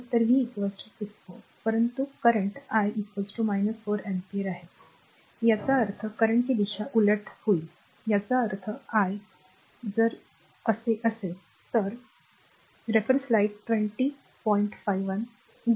तर V 6 volt परंतु r current I 4 ampere आहे याचा अर्थ current ची दिशा उलट होईल याचा अर्थ I जर ते असे काढले तर